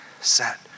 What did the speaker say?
set